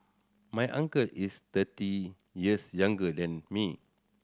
my uncle is thirty years younger than me